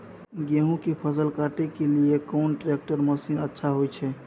गेहूं के फसल काटे के लिए कोन ट्रैक्टर मसीन अच्छा होय छै?